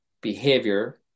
behavior